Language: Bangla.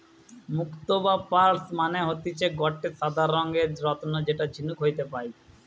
মুক্তো বা পার্লস মানে হতিছে গটে সাদা রঙের রত্ন যেটা ঝিনুক হইতে পায়